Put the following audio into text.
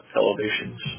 elevations